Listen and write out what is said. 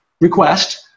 request